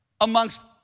amongst